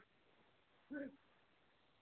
ᱦᱮᱸ